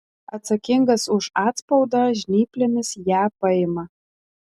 atsakingas už atspaudą žnyplėmis ją paima